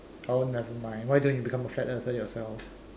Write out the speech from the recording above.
oh never mind why don't you become a flat earther yourself